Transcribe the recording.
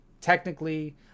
technically